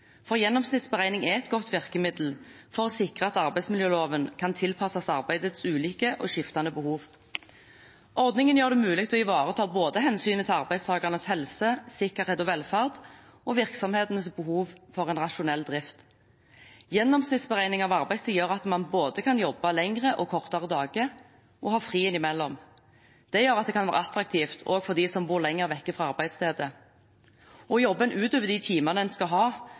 for gjennomsnittsberegning er et godt virkemiddel for å sikre at arbeidsmiljøloven kan tilpasses arbeidets ulike og skiftende behov. Ordningen gjør det mulig å ivareta både hensynet til arbeidstakernes helse, sikkerhet og velferd og virksomhetenes behov for en rasjonell drift. Gjennomsnittsberegning av arbeidstid gjør at man kan både jobbe lengre og kortere dager og ha fri innimellom. Det gjør at det kan være attraktivt også for de som bor lenger borte fra arbeidsstedet. Jobber man utover de timene man skal ha,